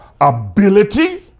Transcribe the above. ability